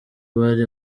bari